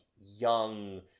young